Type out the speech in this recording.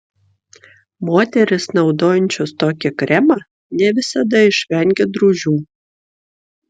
moterys naudojančios tokį kremą ne visada išvengia drūžių